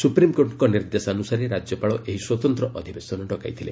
ସୁପ୍ରିମ୍କୋର୍ଟଙ୍କ ନିର୍ଦ୍ଦେଶାନୁସାରେ ରାଜ୍ୟପାଳ ଏହି ସ୍ୱତନ୍ତ୍ର ଅଧିବେଶନ ଡକାଇଥିଲେ